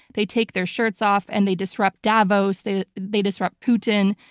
they take their shirts off and they disrupt davos, they they disrupt putin.